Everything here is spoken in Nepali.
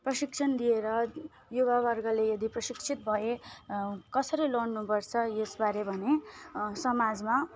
प्रशिक्षण दिएर युवावर्गले यदि प्रशिक्षित भए कसरी लड्नुपर्छ यसबारे भने समाजमा